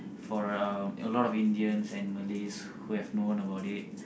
for um a lot of Indians and Malays who have known about it